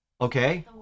Okay